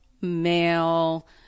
male